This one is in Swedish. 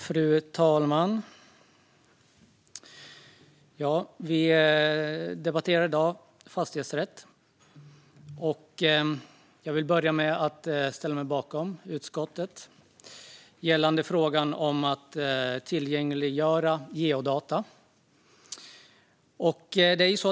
Fru talman! Ja, vi debatterar i dag fastighetsrätt. Jag vill börja med att ställa mig bakom utskottet i fråga om att tillgängliggöra geodata.